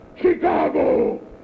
Chicago